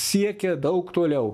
siekė daug toliau